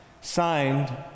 signed